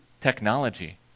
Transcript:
technology